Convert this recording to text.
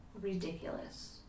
ridiculous